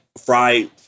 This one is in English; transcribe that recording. fried